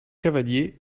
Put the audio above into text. cavaliers